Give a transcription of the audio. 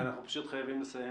מיכל, אנחנו פשוט חייבים לסיים.